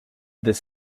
this